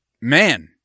man